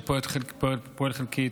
שפועלת חלקית,